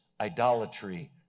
idolatry